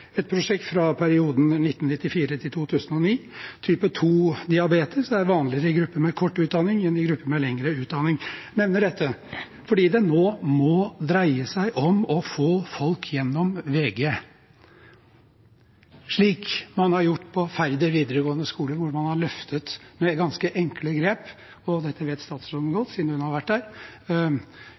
et prosjekt fra perioden 1994–2009. Type 2-diabetes er vanligere i grupper med kort utdanning enn i grupper med lengre utdanning. Jeg nevner dette fordi det nå må dreie seg om å få folk gjennom videregående. Slik man har gjort det på Færder videregående skole, hvor man med ganske enkle grep